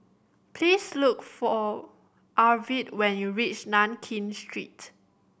please look for Arvid when you reach Nankin Street